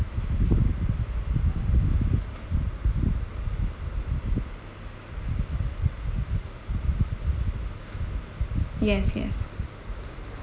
yes yes